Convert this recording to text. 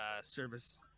service